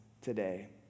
today